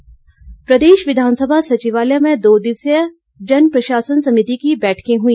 समिति प्रदेश विधानसभा सचिवालय में दो दिवसीय जन प्रशासन समिति की बैठकें हुई